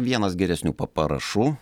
vienas geresnių pa parašų